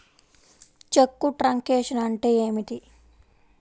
చెక్కు truncation అంటే ఏమిటి?